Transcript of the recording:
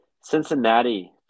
Cincinnati